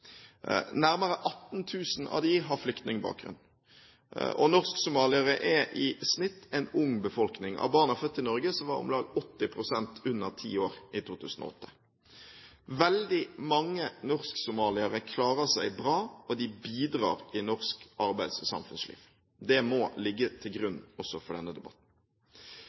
Nærmere 18 000 av dem har flyktningbakgrunn. Norsk-somaliere er i snitt en ung befolkning. Av barna født i Norge var om lag 80 pst. under 10 år i 2008. Veldig mange norsk-somaliere klarer seg bra, og de bidrar i norsk arbeids- og samfunnsliv. Det må ligge til grunn også for denne debatten.